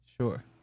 Sure